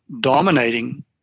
dominating